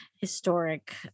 historic